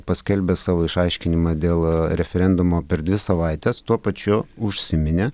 paskelbė savo išaiškinimą dėl referendumo per dvi savaites tuo pačiu užsiminė